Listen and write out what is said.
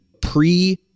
pre-